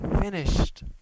finished